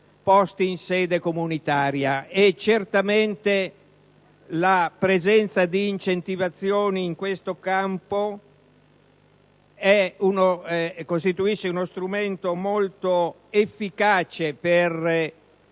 posti in sede comunitaria. Certamente, la presenza di incentivazioni in questo campo costituisce uno strumento molto efficace per